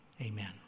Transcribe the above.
amen